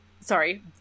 Sorry